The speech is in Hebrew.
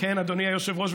אדוני היושב-ראש,